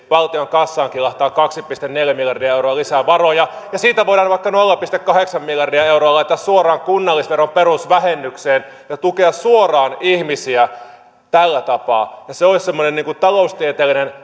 valtion kassaan kilahtaa kaksi pilkku neljä miljardia euroa lisää varoja ja siitä voidaan vaikka nolla pilkku kahdeksan miljardia euroa laittaa suoraan kunnallisveron perusvähennykseen ja tukea suoraan ihmisiä tällä tapaa se olisi semmoinen taloustieteellinen